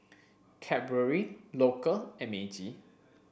Cadbury Loacker and Meiji